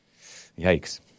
Yikes